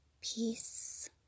Peace